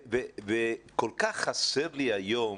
כל כך חסר לי היום